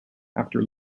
after